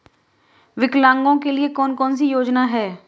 विकलांगों के लिए कौन कौनसी योजना है?